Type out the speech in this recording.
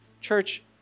Church